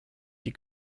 die